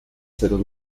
settled